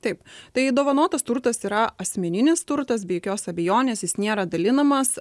taip tai dovanotas turtas yra asmeninis turtas be jokios abejonės jis nėra dalinamas